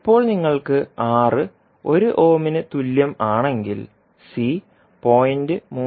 ഇപ്പോൾ നിങ്ങൾക്ക് R 1 ഓമിന് തുല്യമാണെങ്കിൽ C 0